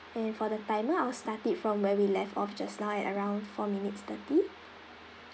and for the timer I'll start it from where we left of just now at around four minutes thirty